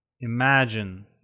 imagine